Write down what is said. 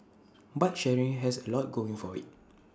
bike sharing has A lot going for IT